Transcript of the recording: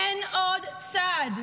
אין עוד צד.